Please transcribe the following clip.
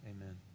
Amen